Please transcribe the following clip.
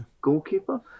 goalkeeper